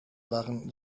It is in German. waren